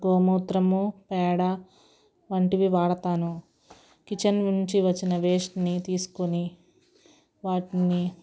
గోమూత్రము పేడ వంటివి వాడుతాను కిచెన్ నుంచి వచ్చిన వేస్ట్ని తీసుకుని వాటిని